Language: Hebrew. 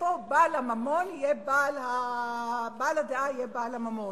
שבעל הדעה יהיה בעל הממון.